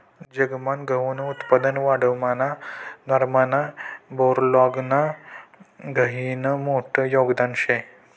जगमान गहूनं उत्पादन वाढावामा नॉर्मन बोरलॉगनं गहिरं मोठं योगदान शे